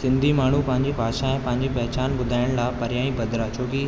सिंधी माण्हू पंहिंजी भाषा ऐं पंहिंजी पहचान ॿुधाइण लाइ परियां ई पधिरा छो की